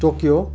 Tokyo